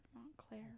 Montclair